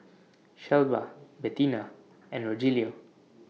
Shelba Bettina and Rogelio